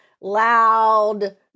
loud